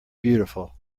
beautiful